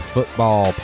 Football